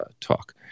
talk